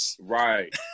Right